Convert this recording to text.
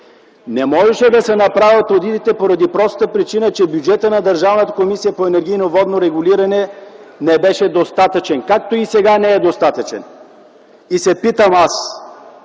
Не можеше да се направят одитите поради простата причина, че бюджетът на Държавната комисия по енергийно и водно регулиране не беше достатъчен, както и сега не е. Аз се питам: